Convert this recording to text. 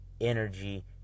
energy